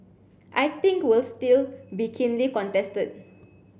I think will still be keenly contested